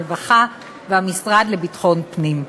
הרווחה והמשרד לביטחון פנים.